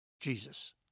Jesus